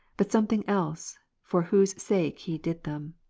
but something else, for whose sake he did them.